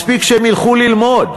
מספיק שהם ילכו ללמוד,